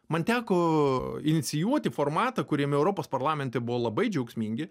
man teko inicijuoti formatą kuriame europos parlamente buvo labai džiaugsmingi